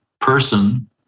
person